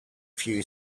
few